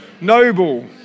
Noble